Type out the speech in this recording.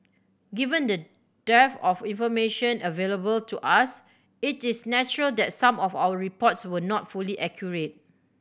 given the dearth of information available to us it is natural that some of our reports were not fully accurate